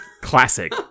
Classic